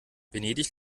venedig